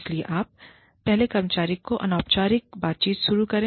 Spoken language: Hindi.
इसलिए आप पहले कर्मचारी से अनौपचारिक बातचीत शुरू करें